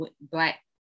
Black